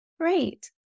Great